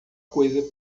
coisa